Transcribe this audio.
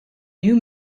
new